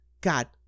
God